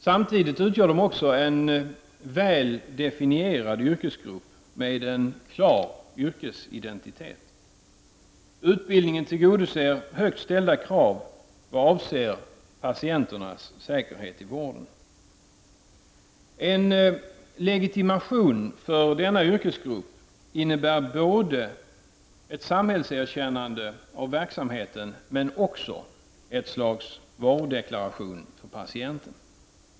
Samtidigt utgör de också en väl definierad yrkesgrupp med en klar yrkesidentitet. Utbildningen tillgodoser högt ställda krav vad avser patienternas säkerhet i vården. En legitimation för denna yrkesgrupp innebär både ett samhällserkännande av verksamheten och ett slags varudeklaration för patienten.